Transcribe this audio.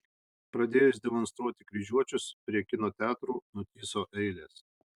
pradėjus demonstruoti kryžiuočius prie kino teatrų nutįso eilės